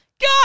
God